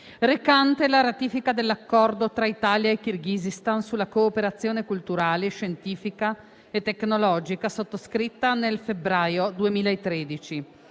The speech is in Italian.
recante la ratifica dell'Accordo tra Italia e Kirghizistan sulla cooperazione culturale, scientifica e tecnologica, sottoscritto nel febbraio 2013,